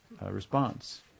response